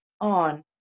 on